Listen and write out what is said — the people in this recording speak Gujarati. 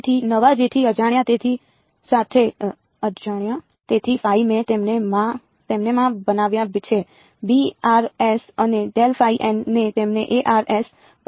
તેથી નવા જેથી અજાણ્યા તેથી મેં તેમને માં બનાવ્યા છે s અને મેં તેમને s બનાવ્યા છે